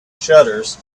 shutters